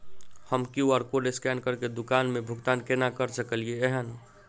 हम Q R code scan करके दुकान मे भुगतान केना करऽ सकलिये एहन?